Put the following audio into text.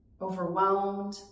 overwhelmed